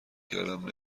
کردم